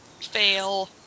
Fail